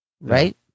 right